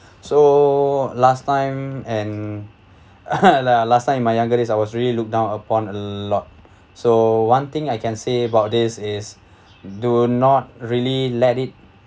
so last time and last time in my younger days I was really look down upon a lot so one thing I can say about this is do not really let it